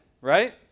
right